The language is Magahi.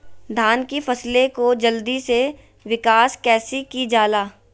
धान की फसलें को जल्दी से विकास कैसी कि जाला?